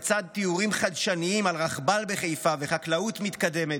לצד תיאורים חדשניים על רכבל בחיפה וחקלאות מתקדמת,